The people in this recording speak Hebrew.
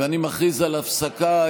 אני מכריז על הפסקה.